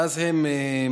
ואז הם מדברים,